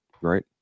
right